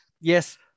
yes